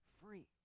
free